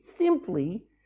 simply